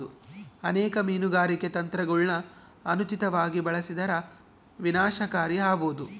ಅನೇಕ ಮೀನುಗಾರಿಕೆ ತಂತ್ರಗುಳನ ಅನುಚಿತವಾಗಿ ಬಳಸಿದರ ವಿನಾಶಕಾರಿ ಆಬೋದು